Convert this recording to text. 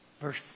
verse